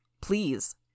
please